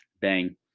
Bang